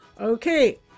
Okay